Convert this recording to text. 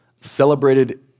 celebrated